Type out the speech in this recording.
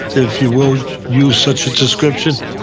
if you will use such a description,